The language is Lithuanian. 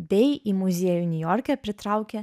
bei į muziejų niujorke pritraukė